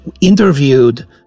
interviewed